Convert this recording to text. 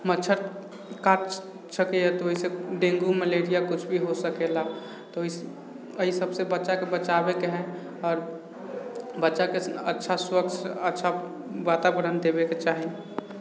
मच्छर काट सकैया तऽ ओहिसँ डेङ्गू मलेरिया किछु भी हो सकेला तऽ एहि सभसँ बच्चाके बचाबयके हइ आओर बच्चाके अच्छा स्वच्छ अच्छा वातावरण देबेके चाही